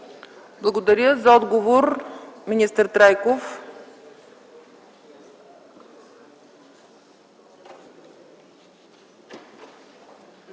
Благодаря. За отговор – министър Трайков.